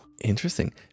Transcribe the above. Interesting